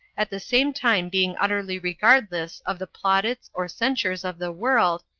at the same time being utterly regardless of the plaudits or censures of the world,